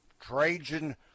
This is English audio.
Trajan